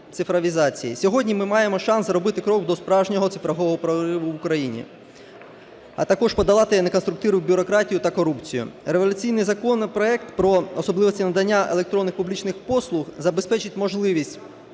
цифровізації. Сьогодні ми маємо шанс зробити крок до справжнього цифрового прориву в Україні, а також подолати неконструктивну бюрократію та корупцію. Революційний законопроект про особливості надання електронних публічних послуг забезпечить можливість